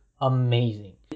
amazing